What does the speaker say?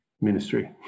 ministry